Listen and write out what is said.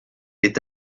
est